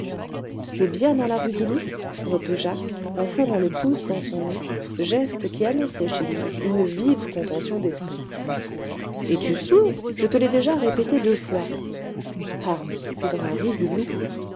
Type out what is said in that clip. c'est bien dans la rue du loup reprit jacques en fourrant le pouce dans son nez geste qui annonçait chez lui une vive contention d'esprit es-tu sourd je te l'ai déjà répété deux fois ah c'est dans la rue du loup